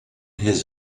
his